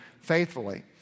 faithfully